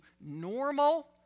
normal